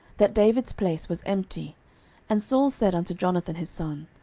that david's place was empty and saul said unto jonathan his son,